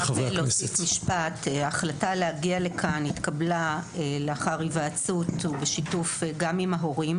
ההחלטה להגיע לכאן התקבלה לאחר היוועצות ושיתוף ההורים,